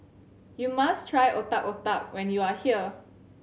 you must try Otak Otak when you are here